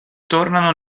tornano